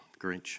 Grinch